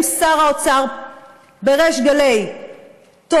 אם שר האוצר בריש גלי תומך